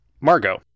Margot